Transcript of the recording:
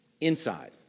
Inside